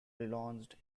relaunched